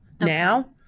now